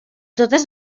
totes